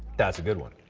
that's a good one.